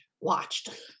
watched